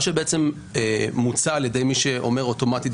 מה שבעצם מוצע על ידי מי שאומר אוטומטית,